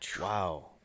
Wow